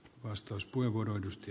arvoisa puhemies